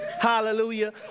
Hallelujah